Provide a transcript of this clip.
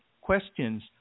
questions